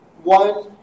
One